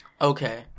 Okay